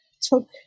took